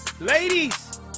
Ladies